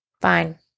Fine